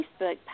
Facebook